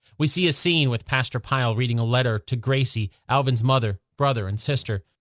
we see a scene with pastor pile reading a letter to gracie, alvin's mother, brother and sister.